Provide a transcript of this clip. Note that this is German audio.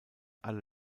alle